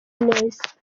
neza